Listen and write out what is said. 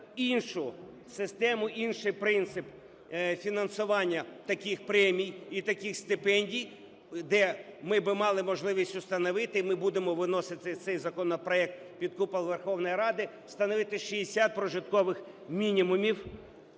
іншу систему, інший принцип фінансування таких премій і таких стипендій, де ми би мали можливість установити. І ми будемо виносити цей законопроект під купол Верховної Ради, встановити 60 прожиткових мінімумів